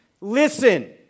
listen